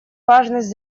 важность